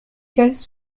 goes